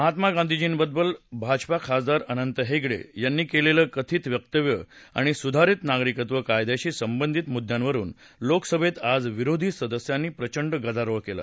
महात्मा गांधीजींबद्दल भाजपा खासदार अनंत हेगडे यांनी केलेलं कथित वरूव्य आणि सुधारित नागरिकत्व कायद्याशी संबंधित मुद्यांवरुन लोकसभेत आज विरोधी सदस्यांनी प्रचंड गदारोळ केला